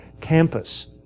campus